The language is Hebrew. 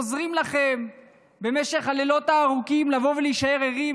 עוזרים לכם במשך הלילות הארוכים לבוא ולהישאר ערים,